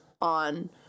on